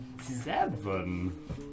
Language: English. Seven